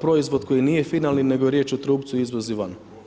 proizvod koji nije finalni nego je riječ o trupcu, izlazi van.